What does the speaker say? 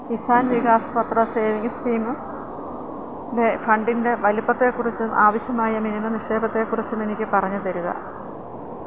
Kisan Vikas Patra savings സ്കീമും ഫണ്ടിൻ്റെ വലുപ്പത്തെ കുറിച്ചും ആവശ്യമായ മിനിമം നിക്ഷേപത്തെ കുറിച്ചും എനിക്ക് പറഞ്ഞ്തരിക